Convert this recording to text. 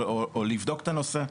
או לבדוק את הנושא,